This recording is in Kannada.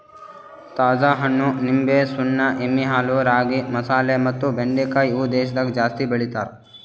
ತಾಜಾ ಹಣ್ಣ, ನಿಂಬೆ, ಸುಣ್ಣ, ಎಮ್ಮಿ ಹಾಲು, ರಾಗಿ, ಮಸಾಲೆ ಮತ್ತ ಬೆಂಡಿಕಾಯಿ ಇವು ದೇಶದಾಗ ಜಾಸ್ತಿ ಬೆಳಿತಾರ್